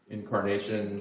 incarnation